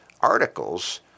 articles